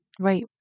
Right